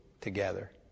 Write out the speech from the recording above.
together